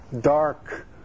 dark